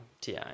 ti